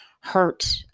hurt